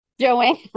Joanne